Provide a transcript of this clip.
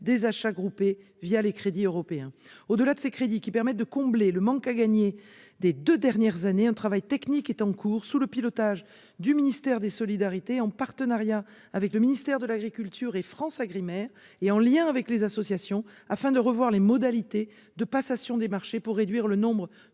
des achats groupés les crédits européens. Au-delà de ces crédits, qui permettent de combler le manque à gagner des deux dernières années, un travail technique est en cours sous le pilotage du ministère des solidarités, en partenariat avec le ministère de l'agriculture et FranceAgriMer et en lien avec les associations, afin de revoir les modalités de passation des marchés et de réduire à